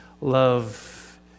love